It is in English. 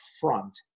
front